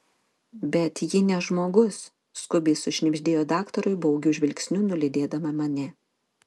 bet ji ne žmogus skubiai sušnibždėjo daktarui baugiu žvilgsniu nulydėdama mane